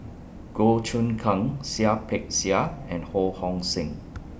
Goh Choon Kang Seah Peck Seah and Ho Hong Sing